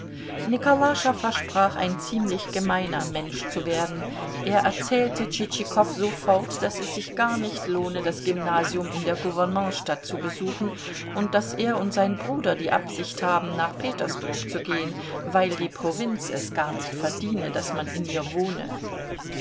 nikolascha versprach ein ziemlich gemeiner mensch zu werden er erzählte tschitschikow sofort daß es sich gar nicht lohne das gymnasium in der gouvernementsstadt zu besuchen und daß er und sein bruder die absicht haben nach petersburg zu gehen weil die provinz es gar nicht verdiene daß man in ihr wohne